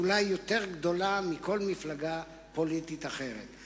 אולי יותר גדולים מכל מפלגה פוליטית אחרת.